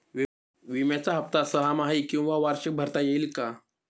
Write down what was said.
विम्याचा हफ्ता सहामाही किंवा वार्षिक भरता येईल का?